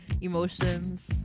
Emotions